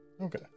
okay